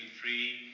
free